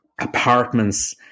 apartments